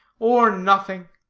or nothing.